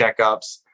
checkups